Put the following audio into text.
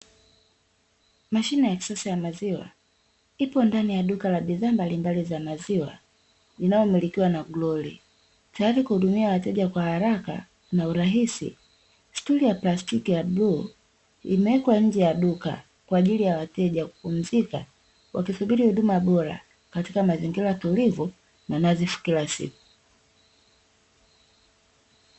Mashine ya kisasa ya maziwa, ipo ndani ya duka la bidhaa mbalimbali za maziwa linalomilikiwa na "Glory", tayari kuhudumia wateja kwa haraka na urahishi. Stuli ya plastiki ya bluu, imewekwa nje ya duka kwa ajili ya wateja kupumzika, wakisubiri huduma bora katika mazingira tulivu na nadhifu kila siku.